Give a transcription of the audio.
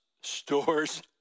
stores